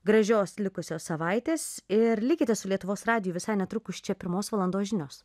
gražios likusios savaitės ir likite su lietuvos radiju visai netrukus čia pirmos valandos žinios